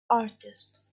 artist